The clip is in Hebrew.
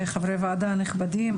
חברי וועדה נכבדים,